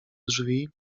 drzwi